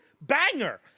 banger